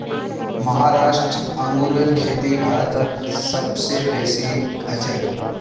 महाराष्ट्र अंगूरेर खेती भारतत सब स बेसी हछेक